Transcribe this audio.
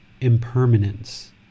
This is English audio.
impermanence